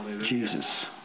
Jesus